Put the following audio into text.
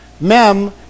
Mem